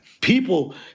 People